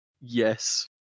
yes